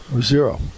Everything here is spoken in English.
zero